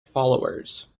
followers